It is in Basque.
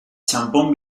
txanpon